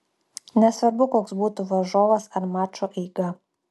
nesvarbu koks būtų varžovas ar mačo eiga